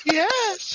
yes